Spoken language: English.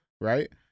right